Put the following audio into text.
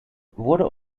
wurde